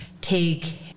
take